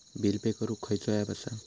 Bill pay करूक खैचो app असा?